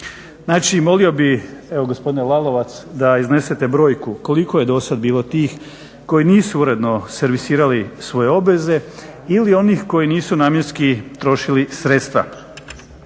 Znači, molio bih, evo gospodine Lalovac da iznesete brojku koliko je do sada bilo tih koji nisu uredno servisirali svoje obveze ili onih koji nisu namjenski trošili sredstva.